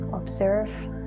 observe